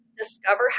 discover